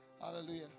Hallelujah